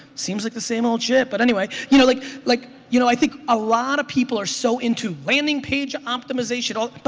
seems like the same old shit but anyway. you know like like you know i think a lot of people are so into landing page optimization, optimization, but